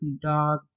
dog